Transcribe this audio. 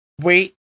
wait